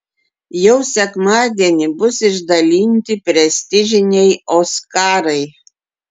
jau sekmadienį bus išdalinti prestižiniai oskarai